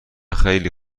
خیلی